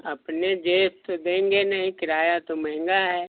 अपने जेब से देंगे नहीं किराया तो महंगा है